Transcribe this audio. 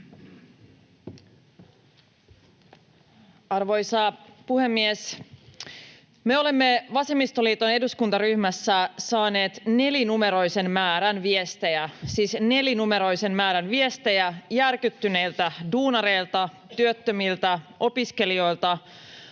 Arvoisa puhemies! Me olemme vasemmistoliiton eduskuntaryhmässä saaneet nelinumeroisen määrän viestejä — siis nelinumeroisen määrän viestejä järkyttyneiltä duunareilta, työttömiltä, opiskelijoilta,